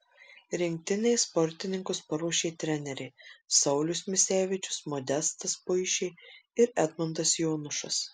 rinktinei sportininkus paruošė treneriai saulius misevičius modestas puišė ir edmundas jonušas